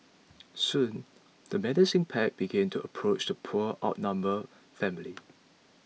soon the menacing pack began to approach the poor outnumbered family